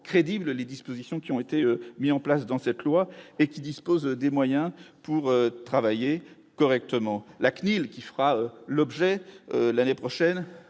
crédible les dispositions qui ont été mis en place dans cette loi et qui dispose des moyens pour travailler correctement, la CNIL, qui fera l'objet, l'année prochaine